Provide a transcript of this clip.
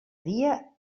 dia